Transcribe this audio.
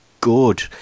good